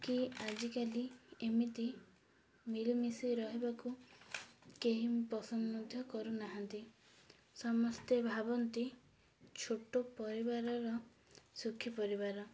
କି ଆଜିକାଲି ଏମିତି ମଳିମିଶି ରହିବାକୁ କେହି ପସନ୍ଦ ମଧ୍ୟ କରୁନାହାନ୍ତି ସମସ୍ତେ ଭାବନ୍ତି ଛୋଟ ପରିବାରର ସୁଖୀ ପରିବାର